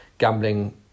Gambling